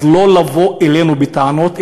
אז לא לבוא אלינו בטענות,